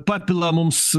papila mums